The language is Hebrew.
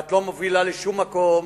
ואת לא מובילה לשום מקום.